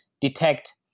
detect